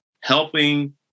helping